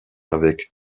avec